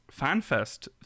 Fanfest